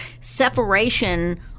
separation